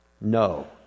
No